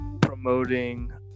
promoting